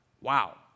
Wow